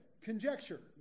conjecture